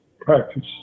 practice